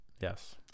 Yes